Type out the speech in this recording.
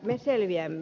me selviämme